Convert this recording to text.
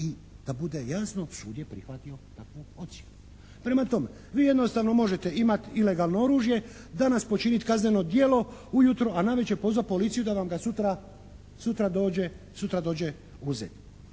I da bude jasno sud je prihvatio takvu ocjenu. Prema tome vi jednostavno možete imati ilegalno oružje. Danas počiniti kazneno djelo ujutro a navečer pozvati policiju da vam ga sutra, sutra